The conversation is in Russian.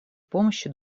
помощи